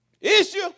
Issue